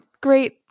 great